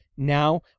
now